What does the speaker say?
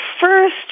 first